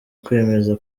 kwemeza